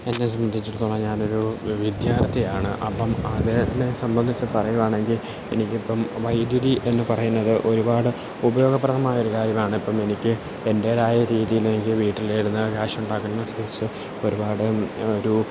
എന്നെ സംബന്ധിച്ചിടത്തോളം ഞാനൊരു വിദ്യാർഥിയാണ് അപ്പം അതിനെ സംബന്ധിച്ച് പറയുകയാണെങ്കിൽ എനിക്കിപ്പം വൈദ്യുതി എന്ന് പറയ്ന്നത് ഒരുപാട് ഉപയോഗപ്രതമായൊരു കാര്യമാണ് ഇപ്പം എനിക്ക് എൻറ്റേതായ രീതീല് എനിക്ക് വീട്ടിലിര്ന്ന് ക്യാഷുണ്ടാക്ക്ന്ന കൊറച്ച് ഒരുപാട് ഒരൂ